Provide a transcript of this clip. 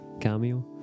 cameo